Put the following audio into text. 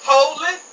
Holy